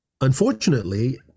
unfortunately